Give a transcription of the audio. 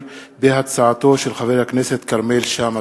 הצעתו של חבר הכנסת כרמל שאמה.